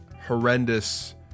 horrendous